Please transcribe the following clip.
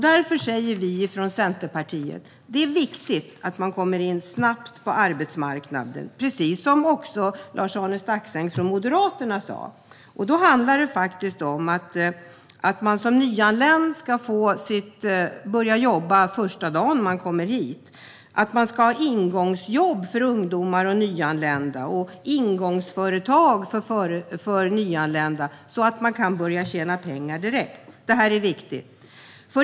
Därför säger vi i Centerpartiet: Det är viktigt att man snabbt kommer in på arbetsmarknaden. Det sa också Lars-Arne Staxäng från Moderaterna. Det handlar om att man som nyanländ ska börja jobba första dagen man är här. Det ska finnas ingångsjobb för ungdomar och nyanlända och ingångsföretag för nyanlända, så att de kan börja tjäna pengar direkt. Det är viktigt.